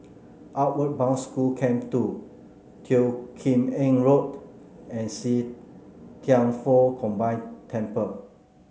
Outward Bound School Camp Two Teo Kim Eng Road and See Thian Foh Combine Temple